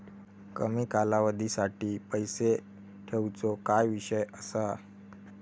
कमी कालावधीसाठी पैसे ठेऊचो काय विषय असा?